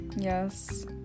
yes